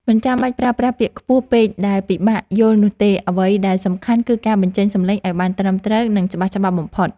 មិនចាំបាច់ប្រើប្រាស់ពាក្យខ្ពស់ពេកដែលពិបាកយល់នោះទេអ្វីដែលសំខាន់គឺការបញ្ចេញសំឡេងឱ្យបានត្រឹមត្រូវ និងច្បាស់ៗបំផុត។